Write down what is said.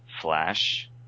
Flash